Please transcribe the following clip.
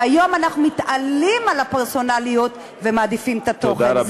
והיום אנחנו מתעלים על הפרסונליות ומעדיפים את התוכן.